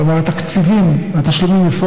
כלומר התקציבים,